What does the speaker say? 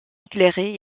éclairé